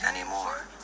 anymore